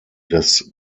des